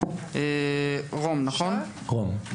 רום,